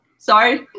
Sorry